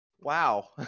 Wow